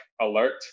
alert